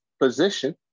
position